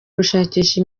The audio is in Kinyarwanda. gushakisha